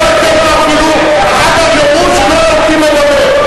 אחר כך יאמרו שלא נותנים לדבר.